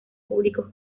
públicos